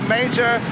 Major